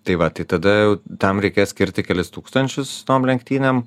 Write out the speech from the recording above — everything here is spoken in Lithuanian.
tai va tik tada tam reikės skirti kelis tūkstančius tom lenktynėm